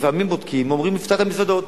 לפעמים בודקים ואומרים לפתוח מזוודות.